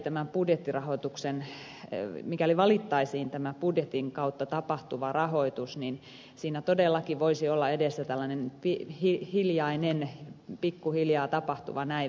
pelkään kyllä että mikäli valittaisiin tämä budjetin kautta tapahtuva rahoitus siinä todellakin voisi olla edessä tällainen hiljainen pikkuhiljaa tapahtuva näivettymiskehitys